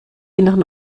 inneren